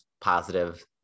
positive